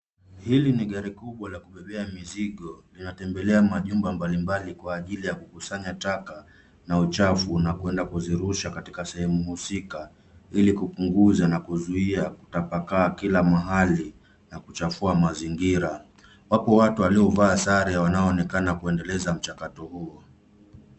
Hili ni gari kubwa la kubebea mizigo instembelea manyumba mbali mbali kwa ajili ya kukusanya taka na uchafu na kwenda kuzurusha katika sehemu husika ili kupunguza na kuzuia kutapakaa Kila mahali na kuchafua mazingira. Wapi watu waliovaa sare wanaonekana kuendeleza mchakato huo.